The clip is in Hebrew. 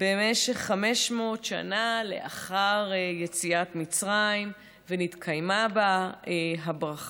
במשך 500 שנה לאחר יציאת מצרים ונתקיימה בה הברכה.